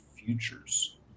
futures